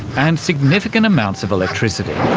and significant amounts of electricity.